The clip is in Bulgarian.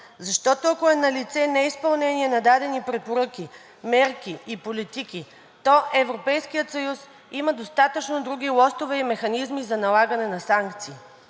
защото, ако е налице неизпълнение на дадени препоръки, мерки и политики, то Европейският съюз има достатъчно други лостове и механизми за налагане на санкции.